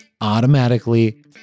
automatically